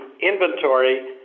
inventory